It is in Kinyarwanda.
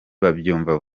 babyumva